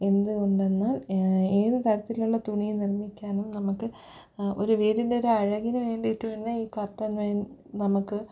എന്തു കൊണ്ടെന്നാൽ ഏതു തരത്തിലുള്ള തുണിയും നിർമ്മിക്കാനും നമുക്ക് ഒരു അഴകിനു വേണ്ടിയിട്ട് തന്നെ ഈ കർട്ടൻ ഞാൻ നമുക്ക്